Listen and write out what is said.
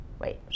Wait